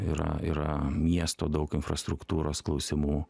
yra yra miesto daug infrastruktūros klausimų